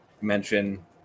mention